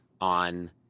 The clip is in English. on